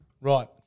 Right